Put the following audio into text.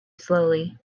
slowly